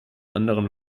anderen